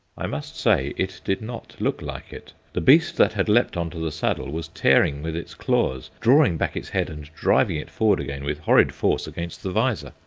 i must say it did not look like it. the beast that had leapt on to the saddle was tearing with its claws, drawing back its head and driving it forward again with horrid force against the visor,